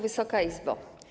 Wysoka Izbo!